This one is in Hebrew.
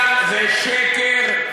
זה לא, זה שקר.